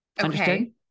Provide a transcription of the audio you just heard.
Okay